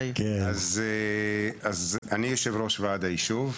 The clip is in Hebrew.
אני יושב-ראש ועד היישוב.